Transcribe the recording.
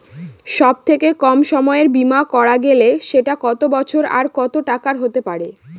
সব থেকে কম সময়ের বীমা করা গেলে সেটা কত বছর আর কত টাকার হতে পারে?